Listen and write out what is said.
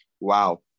Wow